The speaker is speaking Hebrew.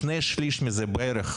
שני שליש מזה, בערך,